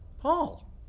paul